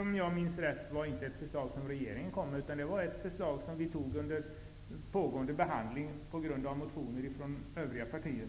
Om jag minns rätt var det inte regeringen som kom med det förslaget, utan det var ett förslag som antogs under pågående behandling till följd av motioner från övriga partier.